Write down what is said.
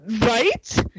Right